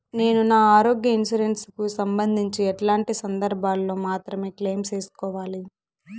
నేను నా ఆరోగ్య ఇన్సూరెన్సు కు సంబంధించి ఎట్లాంటి సందర్భాల్లో మాత్రమే క్లెయిమ్ సేసుకోవాలి?